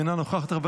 אינה נוכחת,